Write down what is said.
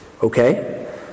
Okay